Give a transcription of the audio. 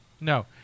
No